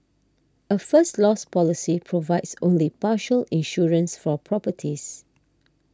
a First Loss policy provides only partial insurance for properties